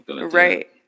Right